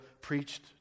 preached